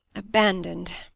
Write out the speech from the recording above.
abandoned.